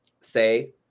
say